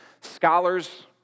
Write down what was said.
scholars